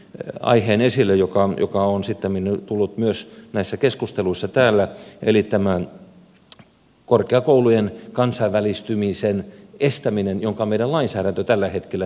debattikeskustelussa nostin esille aiheen joka on sittemmin tullut myös näissä keskusteluissa täällä eli tämän korkeakoulujen kansainvälistymisen estämisen jonka meidän lainsäädäntömme tällä hetkellä tekee